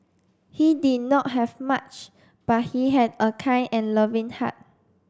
he did not have much but he had a kind and loving heart